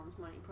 money